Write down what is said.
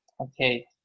Okay